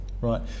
Right